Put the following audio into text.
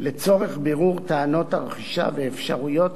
לצורך בירור טענות הרכישה ואפשרויות